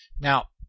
Now